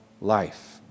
life